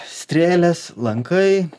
strėlės lankai